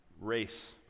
race